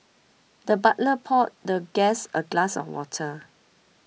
the butler poured the guest a glass of water